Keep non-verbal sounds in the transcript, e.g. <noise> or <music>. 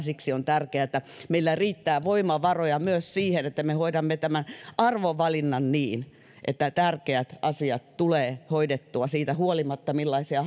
<unintelligible> siksi on tärkeätä että meillä riittää voimavaroja myös siihen että me hoidamme tämän arvovalinnan niin että tärkeät asiat tulee hoidettua siitä huolimatta millaisia <unintelligible>